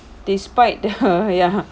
despite ya